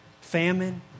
famine